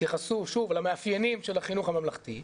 התייחסו שוב למאפיינים של החינוך הממלכתי,